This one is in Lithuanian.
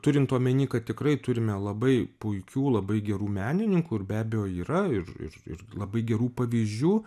turint omeny kad tikrai turime labai puikių labai gerų menininkų ir be abejo yra ir ir ir labai gerų pavyzdžių